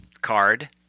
card